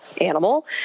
animal